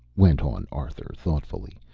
went on arthur thoughtfully,